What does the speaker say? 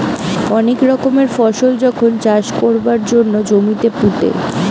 অনেক রকমের ফসল যখন চাষ কোরবার জন্যে জমিতে পুঁতে